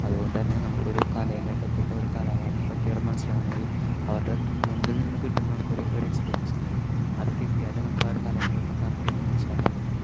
അതുകൊണ്ടുതന്നെ നമുക്കൊരു കലേനെപറ്റിയിട്ട് ഒരുകാലാകാരനെ പറ്റിയിട്ടോ മനസ്സിലാവണമെങ്കിൽ അവരുടെ മുന്നിൽനിന്ന് കിട്ടുന്ന നമുക്കൊരു ഒരു എക്സ്പീരിയൻസ് ഉണ്ട് അത് കിട്ടിയാലേ നമുക്ക് ആ ഒരു കലയേനെപറ്റി കറക്റ്റ് ആയിട്ട് മനസ്സിലാക്കാൻ പറ്റുള്ളൂ